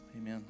Amen